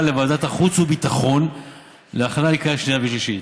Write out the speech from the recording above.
לוועדת חוץ וביטחון לשם הכנה לקריאה שנייה ושלישית.